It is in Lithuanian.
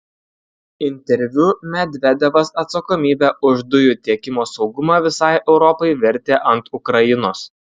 interviu medvedevas atsakomybę už dujų tiekimo saugumą visai europai vertė ant ukrainos